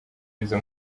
y’izo